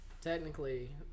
technically